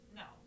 no